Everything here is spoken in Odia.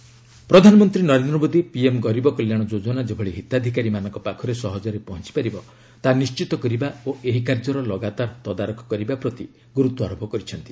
ପିଏମ୍ ଗରିବ କଲ୍ୟାଣ ଯୋଜନା ପ୍ରଧାନମନ୍ତ୍ରୀ ନରେନ୍ଦ୍ର ମୋଦି ପିଏମ୍ ଗରିବ କଲ୍ୟାଣ ଯୋଜନା ଯେଭଳି ହିତାଧିକାରୀମାନଙ୍କ ପାଖରେ ସହଜରେ ପହଞ୍ଚ ପାରିବ ତାହା ନିଶ୍ଚିତ କରିବା ଓ ଏହି କାର୍ଯ୍ୟର ଲଗାତାର ତଦାରଖ କରିବା ପ୍ରତି ଗୁର୍ତ୍ୱାରୋପ କରିଛନ୍ତି